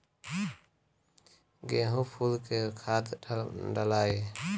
गेंदा फुल मे खाद डालाई?